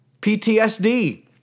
ptsd